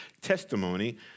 testimony